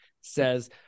says